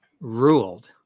ruled